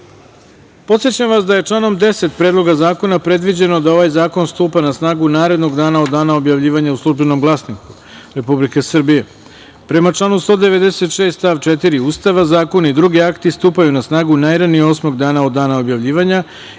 načelu. Podsećam vas da je članom 10. Predloga zakona predviđeno da ovaj zakon stupa na snagu narednog dana od dana objavljivanja u „Službenom glasniku“ Republike Srbije. Prema članu 196. stav 4. Ustava, zakoni i drugi akti stupaju na snagu najranije osmog dana od dana objavljivanja